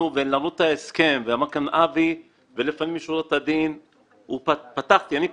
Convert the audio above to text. למרות ההסכם ולפנים משורת הדין כמו שאמר גם אבי ניסנקורן,